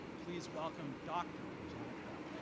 please welcome dr. janet bell.